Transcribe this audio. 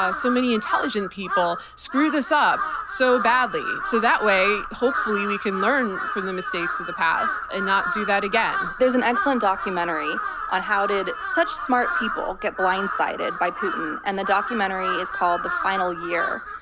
ah so many intelligent people, screw this up so badly? so that way, hopefully, we can learn from the mistakes of the past, and not do that again. there's an excellent documentary on how did such smart people get blindsided by putin, and the documentary is called the final year.